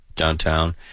downtown